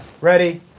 Ready